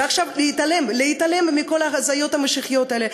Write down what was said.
ועכשיו להתעלם, להתעלם מכל ההזיות המשיחיות האלה.